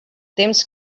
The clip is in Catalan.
temps